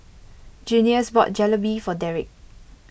Junius bought Jalebi for Derick